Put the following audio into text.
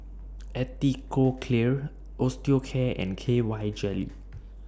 Atopiclair Osteocare and K Y Jelly